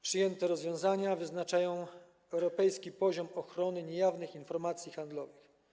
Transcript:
Przyjęte rozwiązania wyznaczają europejski poziom ochrony niejawnych informacji handlowych.